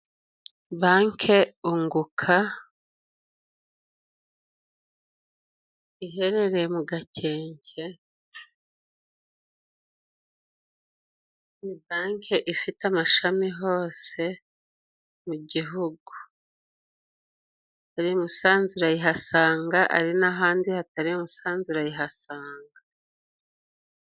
Banke unguka iherereye mu Gakenke, ni banke ifite amashami hose mu gihugu. Ari i Musanze urayihasanga ari n'ahandi hatari i Musanze urayihasanga.